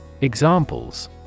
Examples